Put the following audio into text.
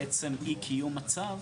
עצם אי קיום הצו,